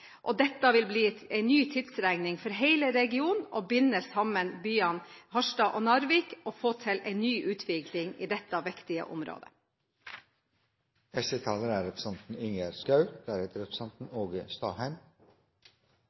plass. Dette vil bli en ny tidsregning for hele regionen. Det vil binde sammen byene Harstad og Narvik og få til en ny utvikling i dette viktige området. Jeg registrerer at forsamlingen er